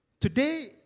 Today